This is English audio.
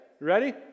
Ready